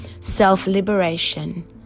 self-liberation